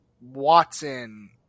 Watson